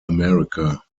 america